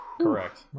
correct